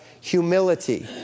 humility